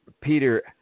Peter